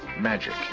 magic